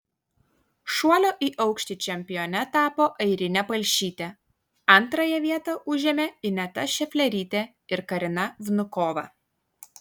šuolio į aukštį čempione tapo airinė palšytė antrąją vietą užėmė ineta šeflerytė ir karina vnukova